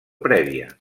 prèvia